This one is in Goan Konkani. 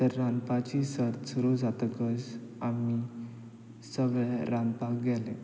तर रांदपाची सर्त सुरू जातकच आमी सगळे रांदपाक गेले